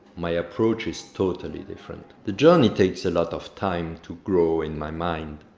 my approach is totally different. the journey takes a lot of time to grow in my mind.